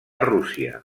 rússia